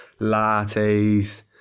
lattes